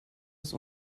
des